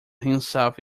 himself